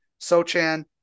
Sochan